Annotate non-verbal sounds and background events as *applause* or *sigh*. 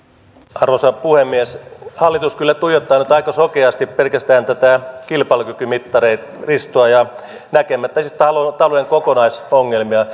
arvoisa puhemies hallitus kyllä tuijottaa nyt aika sokeasti pelkästään tätä kilpailukykymittaristoa näkemättä sitten talouden kokonaisongelmia *unintelligible*